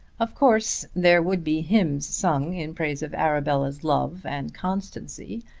of course there would be hymns sung in praise of arabella's love and constancy,